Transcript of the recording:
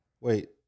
Wait